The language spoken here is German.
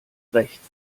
rechts